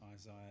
Isaiah